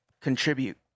contribute